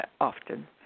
often